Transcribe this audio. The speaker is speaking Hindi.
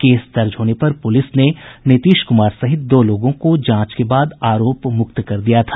केस दर्ज होने पर पुलिस ने नीतीश कुमार सहित दो लोगों को जांच के बाद आरोप मुक्त कर दिया था